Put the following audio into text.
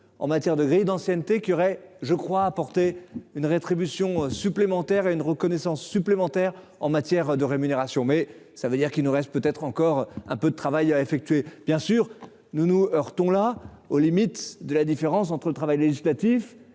en matière de grilles d'ancienneté qui aurait je crois apporter une rétribution supplémentaire à une reconnaissance supplémentaire en matière de rémunération. Mais ça veut dire qu'il nous reste peut-être encore un peu de travail à effectuer. Bien sûr nous nous heurtons là aux limites de la différence entre le travail législatif